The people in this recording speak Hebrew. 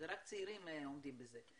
רק צעירים עומדים בזה,